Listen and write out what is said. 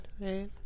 Right